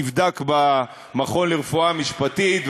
נבדק במכון לרפואה משפטית,